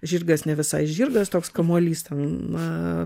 žirgas ne visai žirgas toks kamuolys ten na